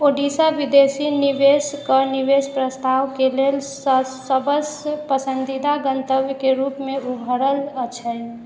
ओड़िशा विदेशी निवेशकके निवेश प्रस्तावके लेल सबसँ पसंदीदा गंतव्यके रूपमे उभरल अछि